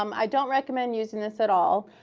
um i don't recommend using this at all.